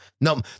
No